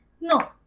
no